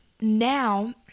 now